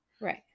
Right